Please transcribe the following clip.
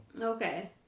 Okay